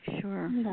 Sure